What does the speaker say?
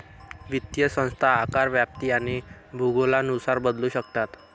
वित्तीय संस्था आकार, व्याप्ती आणि भूगोलानुसार बदलू शकतात